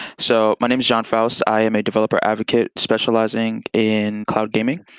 so my name is jon foust. i am a developer advocate, specializing in cloud gaming.